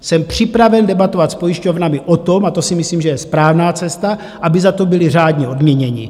Jsem připraven debatovat s pojišťovnami o tom a to si myslím, že je správná cesta aby za to byli řádně odměněni.